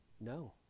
No